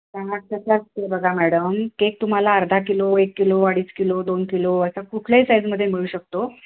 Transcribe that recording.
बघा madam cake तुम्हाला अर्धा किलो एक किलो अडीच किलो दोन किलो असा कुठल्याही साईजमध्ये मिळू शकतो